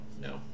No